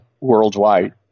worldwide